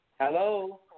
Hello